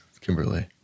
Kimberly